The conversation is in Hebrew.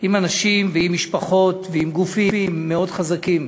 עם אנשים, עם משפחות ועם גופים מאוד חזקים,